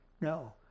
no